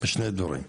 בשני דברים.